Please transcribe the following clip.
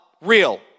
real